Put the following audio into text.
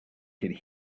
could